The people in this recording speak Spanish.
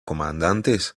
comandantes